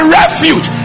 refuge